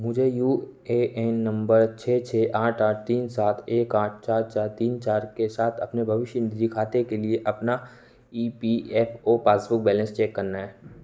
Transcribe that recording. मुझे U A N नम्बर छः छः आठ आठ तीन सात एक आठ चार चार तीन चार के साथ अपने भविष्य निधि खाते के लिए अपना E P F O passbook balance check करना है